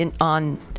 on